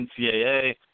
NCAA